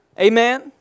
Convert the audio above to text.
Amen